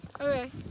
Okay